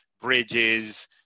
Bridges